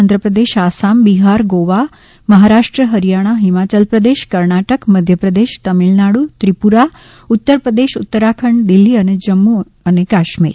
આંધ્રપ્રદેશ આસામ બિહાર ગોવા મહારાષ્ટ્ર હરીયાણા હિમાચલપ્રદેશ કર્ણાટક મધ્યપ્રદેશ તમીળનાડુ વ્રિપુરા ઉત્તરપ્રદેશ ઉત્તરાખંડ દિલ્હી અને જમ્મુ અને કાશ્મીર